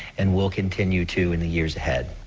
and will continue to in the years ahead.